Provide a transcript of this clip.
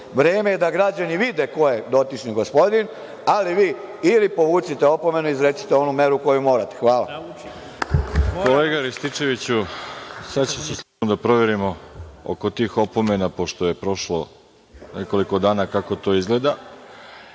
Vreme je da građani vide ko je dotični gospodin, ali ili povucite opomenu i izrecite onu meru koju morate. Hvala. **Veroljub Arsić** Kolega Rističeviću, sada ću sa službom da proverim oko tih opomena, pošto je prošlo nekoliko dana, kako to izgleda.